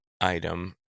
item